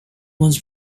was